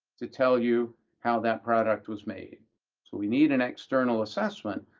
to tell you how that product was made. so we need an external assessment,